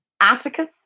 atticus